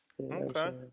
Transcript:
Okay